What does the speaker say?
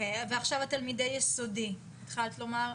ועכשיו תלמידי יסודי, התחלת לומר.